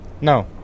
No